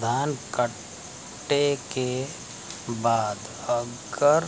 धान कांटेके बाद अगर